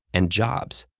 and jobs.